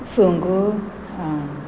संक